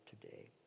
today